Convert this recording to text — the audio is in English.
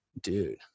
Dude